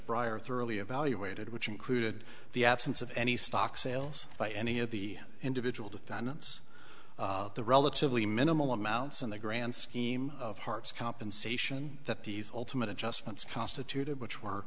bryer thoroughly evaluated which included the absence of any stock sales by any of the individual defendants the relatively minimal amounts in the grand scheme of hart's compensation that these ultimate adjustments constituted which were